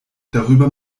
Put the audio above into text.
darüber